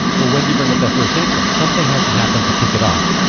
or when you bring up that first instance, something has to happen to kick it off.